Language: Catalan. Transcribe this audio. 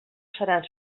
seran